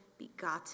begotten